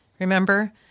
Remember